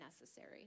necessary